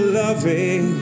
loving